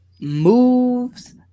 moves